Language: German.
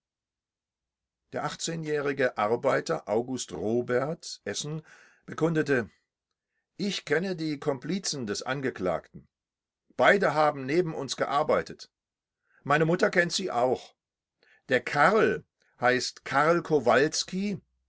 der achtzehnjährige arbeiter august robert essen bekundete ich kenne die komplicen des angeklagten beide haben neben uns gearbeitet meine mutter kennt sie auch der karl heißt karl kowalski